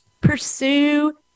pursue